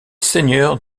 seigneur